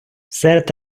серед